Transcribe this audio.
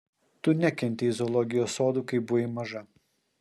tu nekentei zoologijos sodų kai buvai maža